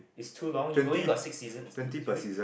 it's too long you going got six seasons you only